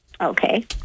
okay